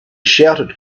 shouted